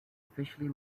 officially